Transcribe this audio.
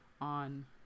on